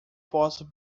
posso